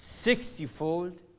sixtyfold